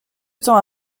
temps